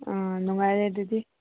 ꯑꯥ ꯅꯨꯡꯉꯥꯏꯔꯦ ꯑꯗꯨꯗꯤ